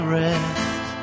rest